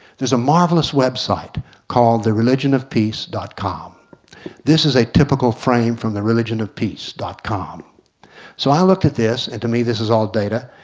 there is a marvelous website called the religion of peace dot com this is a typical frame from the religion of peace dot com so i looked at this, and to me this is all data,